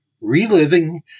Reliving